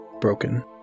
broken